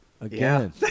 again